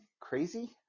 crazy